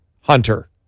Hunter